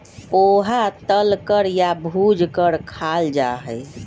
पोहा तल कर या भूज कर खाल जा हई